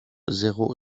zéro